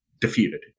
defeated